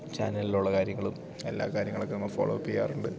ചാനലിലുള്ള കാര്യങ്ങളും എല്ലാ കാര്യങ്ങളൊക്കെ നമ്മൾ ഫോള്ളോവപ്പ് ചെയ്യാറുണ്ട്